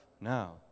now